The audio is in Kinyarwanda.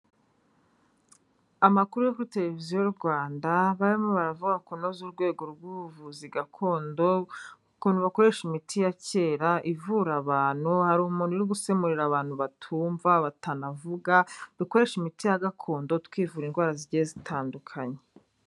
Amakuru yo kuri televiziyo Rwanda, barimo baravuga kunoza urwego rw'ubuvuzi gakondo, ukuntu bakoresha imiti ya kera ivura abantu, hari umuntu uri gusemurira abantu batumva batanavuga, dukoreshe imiti ya gakondo twivura indwara zigiye zitandukanye.